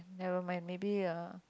never mind maybe uh